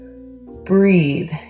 breathe